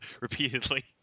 repeatedly